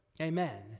Amen